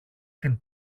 την